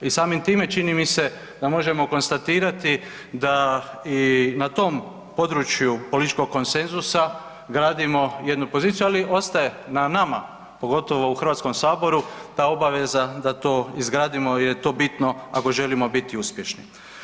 I samim time čini mi se da možemo konstatirati da i na tom području političkog konsenzusa gradimo jednu poziciju, ali ostaje na nama pogotovo u Hrvatskom saboru ta obaveza da to izgradimo jer je to bitno ako želimo biti uspješni.